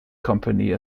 company